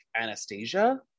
Anastasia